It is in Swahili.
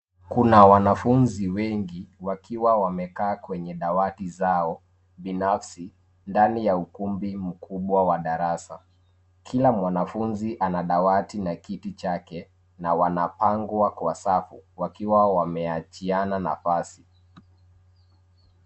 Kuna wanafunzi wengi wakiwa wamekaa dawati zao binafsi ndani ya ukumbi mkubwa wa darasa. Kila mwanafunzi na dawati na kiti chake na wanapangwa kwa safu, wakiwa wakiwa wameachiana nafasi.